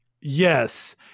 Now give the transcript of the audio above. Yes